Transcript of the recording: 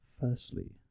Firstly